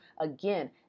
Again